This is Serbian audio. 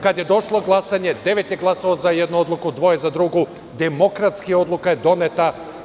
Kad je došlo glasanje, devet je glasalo za jednu odluku, dvoje za drugu, demokratski je odluka doneta.